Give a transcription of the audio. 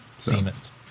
Demons